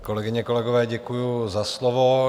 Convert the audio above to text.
Kolegyně, kolegové, děkuji za slovo.